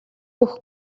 өгөх